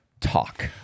Talk